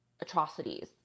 atrocities